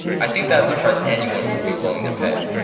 i think that's a price anyone would be willing to pay.